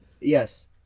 Yes